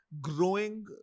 growing